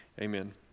Amen